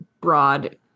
broad